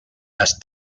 las